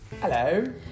Hello